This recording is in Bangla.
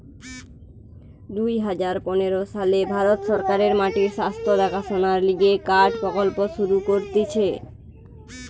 দুই হাজার পনের সালে ভারত সরকার মাটির স্বাস্থ্য দেখাশোনার লিগে কার্ড প্রকল্প শুরু করতিছে